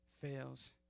fails